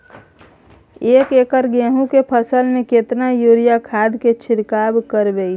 एक एकर गेहूँ के फसल में केतना यूरिया खाद के छिरकाव करबैई?